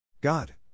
God